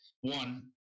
one